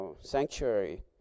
sanctuary